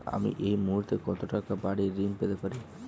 আমি এই মুহূর্তে কত টাকা বাড়ীর ঋণ পেতে পারি?